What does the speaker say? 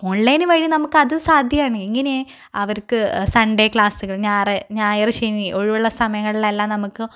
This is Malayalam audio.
ഓണ്ലൈന് വഴി നമുക്കത് സാധ്യമാണ് എങ്ങെനെ അവർക്ക് സൺഡേ ക്ലാസുകൾ ഞാറ് ഞായർ ശനി ഒഴിവുള്ള സമയങ്ങളിലെല്ലാം നമുക്ക്